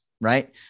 right